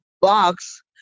box